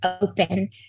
open